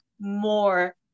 more